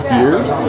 years